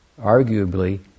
arguably